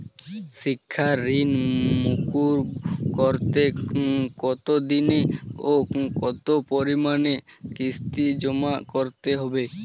শিক্ষার ঋণ মুকুব করতে কতোদিনে ও কতো পরিমাণে কিস্তি জমা করতে হবে?